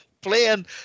Playing